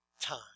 time